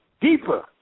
deeper